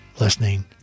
listening